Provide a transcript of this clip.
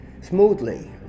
smoothly